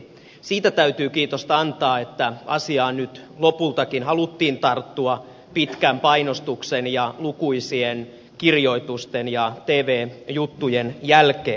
siitä täytyy kiitosta antaa että asiaan nyt lopultakin haluttiin tarttua pitkän painostuksen ja lukuisien kirjoitusten ja tv juttujen jälkeen